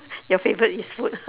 your favourite is food